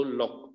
lock